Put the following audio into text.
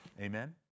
Amen